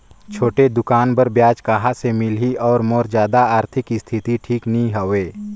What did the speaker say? छोटे दुकान बर ब्याज कहा से मिल ही और मोर जादा आरथिक स्थिति ठीक नी हवे?